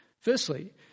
Firstly